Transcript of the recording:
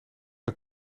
een